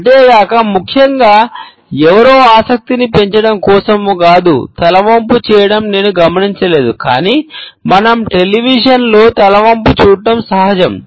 అంతేకాక ముఖ్యంగా ఎవరో ఆసక్తిని పెంచడం కోసమే కాదు తల వంపు చేయడం నేను గమనించలేదు కాని మనం టెలివిజన్లో తల వంపు చూడటం సహజం